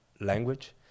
language